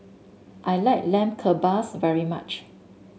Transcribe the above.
I like Lamb Kebabs very much